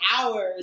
hours